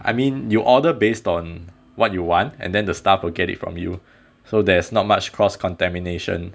I mean you order based on what you want and then the staff will get it from you so there's not much cross contamination